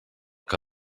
que